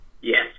Yes